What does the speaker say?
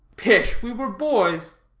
pish! we were boys.